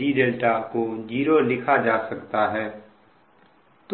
dδ को 0 लिखा जा सकता है